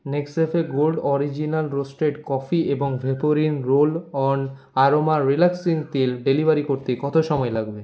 Nescafe gold original roasted coffee এবং Vaporin roll on aroma relaxing তেল delivery করতে কত সময় লাগবে